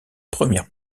premières